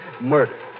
murder